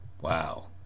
Wow